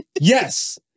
Yes